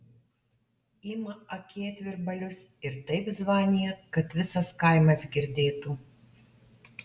ima akėtvirbalius ir taip zvanija kad visas kaimas girdėtų